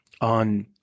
on